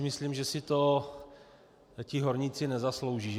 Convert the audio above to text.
Myslím si, že si to ti horníci nezaslouží.